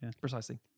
Precisely